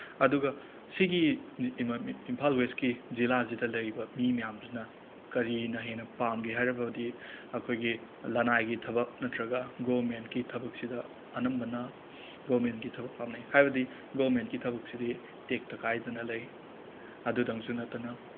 ꯑꯗꯨꯒ ꯁꯤꯒꯤ ꯏꯝꯐꯥꯜ ꯋꯦꯁꯀꯤ ꯖꯤꯂꯥꯁꯤꯗ ꯂꯩꯕ ꯃꯤ ꯃꯌꯥꯝꯗꯨꯅ ꯀꯔꯤꯅ ꯍꯦꯟꯅ ꯄꯥꯝꯒꯦ ꯍꯥꯏꯔꯕꯗꯤ ꯑꯩꯈꯣꯏꯒꯤ ꯂꯅꯥꯏꯒꯤ ꯊꯕꯛ ꯅꯠꯇ꯭ꯔꯒ ꯒꯣꯃꯦꯟꯀꯤ ꯊꯕꯛꯁꯤꯗ ꯑꯅꯝꯕꯅ ꯒꯣꯕꯦꯟꯒꯤ ꯊꯕꯛ ꯄꯥꯝꯅꯩ ꯍꯥꯏꯕꯗꯤ ꯒꯣꯃꯦꯟꯒꯤ ꯊꯕꯛꯁꯤꯗꯤ ꯇꯦꯛꯇ ꯀꯥꯏꯗꯅ ꯂꯩ ꯑꯗꯨꯗꯪꯁꯨ ꯅꯠꯇꯅ